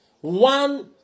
one